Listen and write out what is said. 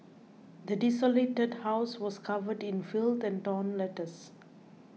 the desolated house was covered in filth and torn letters